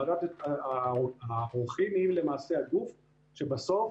ועדת העורכים היא למעשה הגוף שבסוף